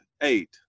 eight